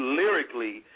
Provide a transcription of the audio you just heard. lyrically